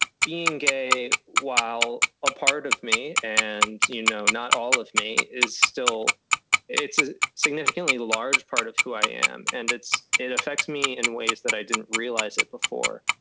being gay while a part of me and, you know, not all of me is still it's a significantly large part of who i am and it's it affects me in ways that i didn't realize it before,